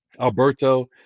Alberto